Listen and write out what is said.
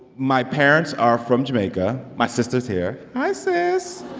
my parents are from jamaica. my sister's here. hi, sis